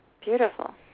Beautiful